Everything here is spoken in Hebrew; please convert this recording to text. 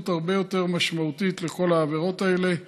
הרבה יותר משמעותית לכל העבירות האלה.